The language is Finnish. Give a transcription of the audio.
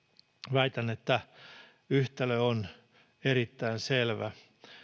väitän että yhtälö on erittäin selvä